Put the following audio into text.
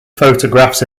photographs